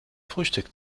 frühstück